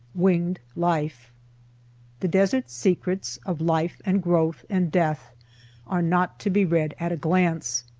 winged life the deserts secrets of life and growth and death are not to be read at a glance.